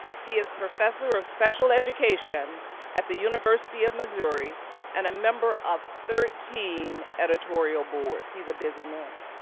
he is professor of special education at the university of missouri and a member of thirteen editorial boards. he's a busy man.